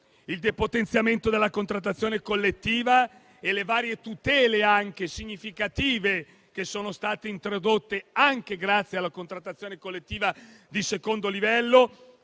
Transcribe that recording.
di depotenziamento della contrattazione collettiva e delle varie tutele, anche significative, che sono state introdotte anche grazie alla contrattazione collettiva di secondo livello.